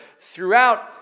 throughout